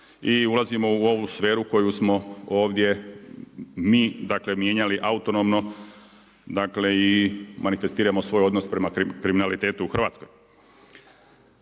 i ulazimo u ovu sferu koju smo ovdje mi, dakle mijenjali autonomno, dakle i manifestiramo svoj odnos prema kriminalitetu u Hrvatskoj.